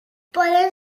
poden